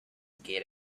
get